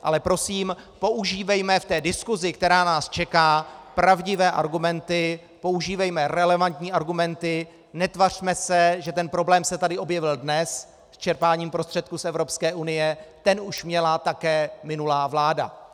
Ale prosím, používejme v té diskusi, která nás čeká, pravdivé argumenty, používejme relevantní argumenty, netvařme se, že ten problém se tady objevil dnes s čerpáním prostředků z Evropské unie, ten už měla také minulá vláda.